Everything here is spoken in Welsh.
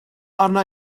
arna